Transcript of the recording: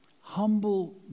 humble